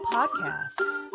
Podcasts